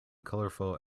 colorful